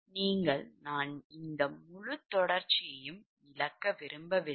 இப்போது நான் இந்த முழு தொடர்ச்சியும் இழக்க விரும்பவில்லை